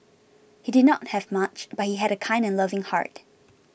he did not have much but he had a kind and loving heart